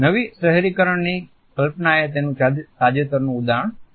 નવી શહેરીકરણની કલ્પનાએ તેનું તાજેતરનું ઉદાહરણ છે